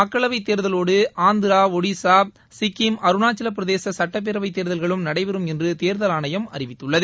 மக்களவைத் தேர்தலோடு ஆந்திரா ஒடிசா சிக்கிம் அருணாச்சலப்பிரதேச சட்டப்பேரவைத் தேர்தல்களும் நடைபெறும் என்று தேர்தல் ஆணையம் அறிவித்துள்ளது